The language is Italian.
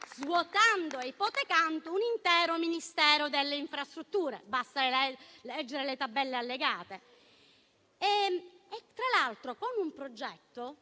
svuotando e ipotecando un intero Ministero delle infrastrutture (basta leggere le tabelle allegate). Tra l'altro, lo si fa con un progetto,